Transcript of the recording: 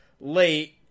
late